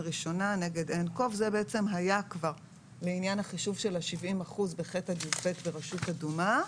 בתקופה שמיום י"ד בתשרי התשפ"ב (20 בספטמבר 2021)